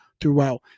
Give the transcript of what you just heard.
Throughout